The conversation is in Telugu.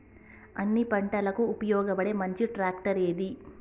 అన్ని పంటలకు ఉపయోగపడే మంచి ట్రాక్టర్ ఏది?